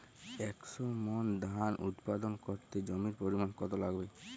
একশো মন ধান উৎপাদন করতে জমির পরিমাণ কত লাগবে?